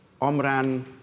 Omran